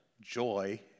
joy